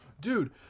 dude